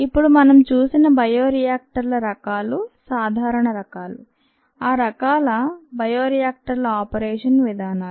ఇప్పుడు మనం చూసిన బయో రియాక్టర్ల రకాలు సాధారణ రకాలు ఆ రకాల బయో రియాక్టర్ల ఆపరేషన్ విధానాలు